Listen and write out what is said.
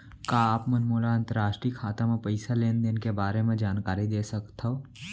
का आप मन मोला अंतरराष्ट्रीय खाता म पइसा लेन देन के बारे म जानकारी दे सकथव?